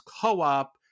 co-op